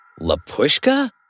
Lapushka